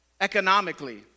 economically